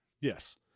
Yes